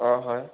অঁ হয়